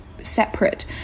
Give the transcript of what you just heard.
separate